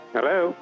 Hello